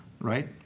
Right